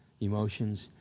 emotions